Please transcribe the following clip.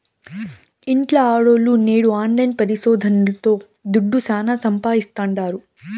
ఇంట్ల ఆడోల్లు నేడు ఆన్లైన్ పరిశోదనల్తో దుడ్డు శానా సంపాయిస్తాండారు